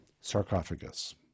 sarcophagus